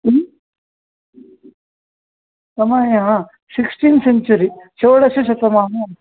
समयः sixteen century षोडशशतमानम्